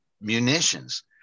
munitions